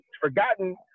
forgotten